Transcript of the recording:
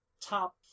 top